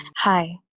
Hi